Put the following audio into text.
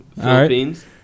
Philippines